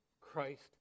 Christ